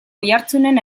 oiartzunen